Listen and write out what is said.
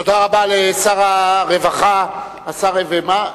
תודה רבה לשר הרווחה, ומה?